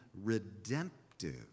redemptive